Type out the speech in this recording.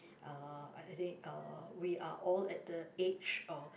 uh I think uh we are all at the age uh